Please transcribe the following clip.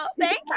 thank